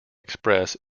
express